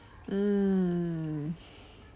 mm